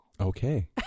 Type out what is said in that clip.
Okay